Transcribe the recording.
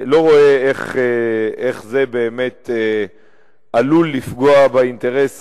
לא רואה איך זה באמת עלול לפגוע באינטרס